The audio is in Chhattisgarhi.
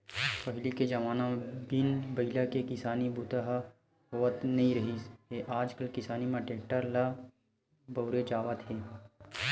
पहिली के जमाना म बिन बइला के किसानी बूता ह होवत नइ रिहिस हे आजकाल किसानी म टेक्टर ल बउरे जावत हे